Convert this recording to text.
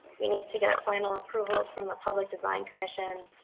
we need to get final approvals from the public design commission,